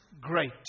great